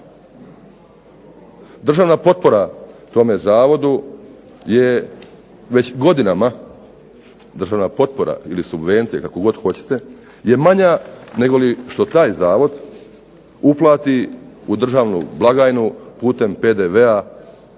Državna potpora tome Zavodu je već godinama državna potpora ili subvencija kako god hoćete je manja negoli što taj zavod uplati u državnu blagajnu putem PDV-a.